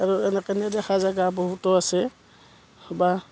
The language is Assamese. আৰু এনেকৈ নেদেখা জেগা বহুতো আছে বা